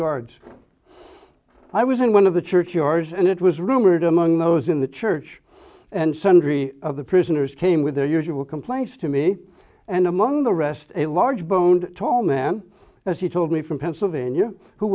guards i was in one of the church yours and it was rumored among those in the church and sundry of the prisoners came with their usual complaints to me and among the rest a large boned tall man as he told me from pennsylvania who